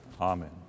amen